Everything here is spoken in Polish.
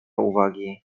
uwagi